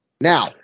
Now